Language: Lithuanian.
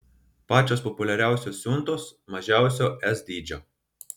pačios populiariausios siuntos mažiausio s dydžio